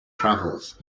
travels